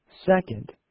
Second